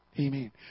Amen